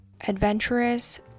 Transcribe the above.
adventurous